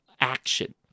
action